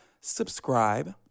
subscribe